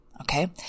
Okay